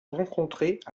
rencontrait